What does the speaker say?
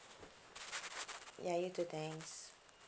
ya you too thanks